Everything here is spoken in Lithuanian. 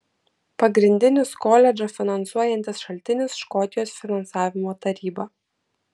pagrindinis koledžą finansuojantis šaltinis škotijos finansavimo taryba